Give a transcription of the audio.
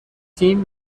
تیم